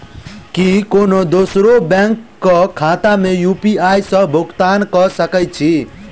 की कोनो दोसरो बैंक कऽ खाता मे यु.पी.आई सऽ भुगतान कऽ सकय छी?